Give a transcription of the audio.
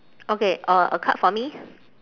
okay uh a card for me